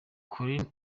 collins